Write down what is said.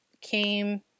came